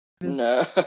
No